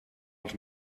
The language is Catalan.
els